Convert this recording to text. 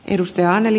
arvoisa puhemies